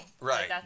right